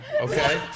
Okay